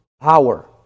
power